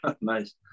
Nice